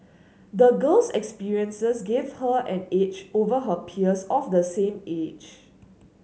the girl's experiences gave her an edge over her peers of the same age